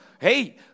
hey